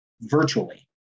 virtually